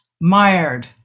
mired